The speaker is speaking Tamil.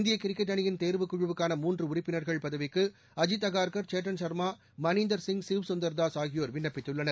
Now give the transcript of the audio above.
இந்தியகிரிக்கெட் அணியின் தேர்வு குழுவுக்கான மூன்றுஉறுப்பினர்கள் பதவிக்குஅஜித் அகர்கர் சேத்தன் ஷா்மா மணீந்தர் சிங் ஷிவ்சுந்தர் தாஸ் ஆகியோர் விண்ணப்பித்துள்ளனர்